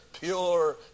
pure